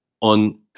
on